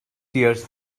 tears